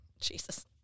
jesus